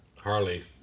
Harley